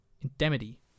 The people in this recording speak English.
Indemnity